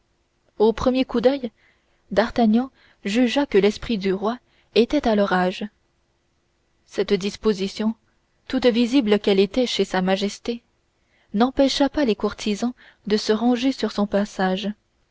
au premier coup d'oeil d'artagnan jugea que l'esprit du roi était à l'orage cette disposition toute visible qu'elle était chez sa majesté n'empêcha pas les courtisans de se ranger sur son passage